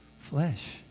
Flesh